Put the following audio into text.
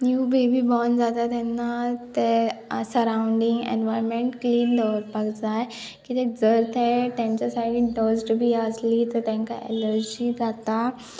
new baby born जाता तेन्ना ते सरावंडींग एनवायरमेंट क्लीन दवरपाक जाय किद्याक जर तें तेंच्या सायडीन डस्ट बी आसली तर तेंकां एलर्जी जाता